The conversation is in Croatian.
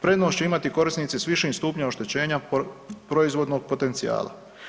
Prednost će imati korisnici s višim stupnjem oštećenja proizvodnog potencijala.